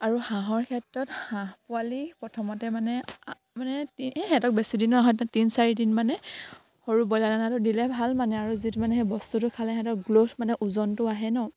আৰু হাঁহৰ ক্ষেত্ৰত হাঁহ পোৱালি প্ৰথমতে মানে মানে সিহঁতক বেছিদিনৰ হয় ন তিন চাৰিদিন মানে সৰু বইলাৰ দানাটো দিলে ভাল মানে আৰু যিটো মানে সেই বস্তুটো খালে সিহঁতক গ্ল'থ মানে ওজনটো আহে ন